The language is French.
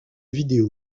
vidéo